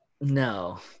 no